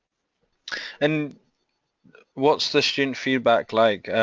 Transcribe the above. and what's the student feedback like,